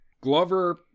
Glover